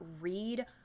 read